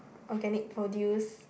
organic produce